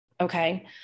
Okay